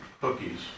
cookies